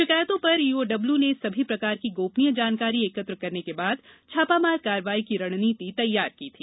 शिकायतों पर ईओडब्ल्यू ने सभी प्रकार की गोपनीय जानकारी एकत्र करने के बाद छापामार कार्रवाई की रणनीति तैयार की थी